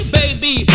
baby